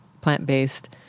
Plant-based